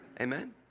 Amen